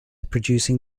producing